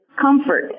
comfort